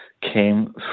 came